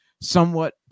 somewhat